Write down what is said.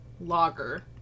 lager